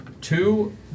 two